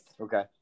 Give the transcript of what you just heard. Okay